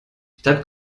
statt